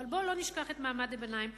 אבל בואו לא נשכח את מעמד הביניים.